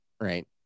Right